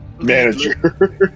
Manager